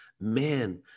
man